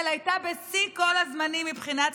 הייתה בשיא של כל הזמנים מבחינה כלכלית,